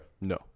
No